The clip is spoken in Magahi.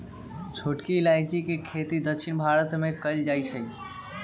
छोटकी इलाइजी के खेती दक्षिण भारत मे कएल जाए छै